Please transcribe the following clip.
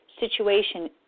situation